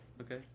Okay